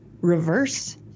reverse